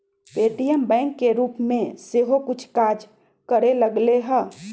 Paytm bank के रूप में सेहो कुछ काज करे लगलै ह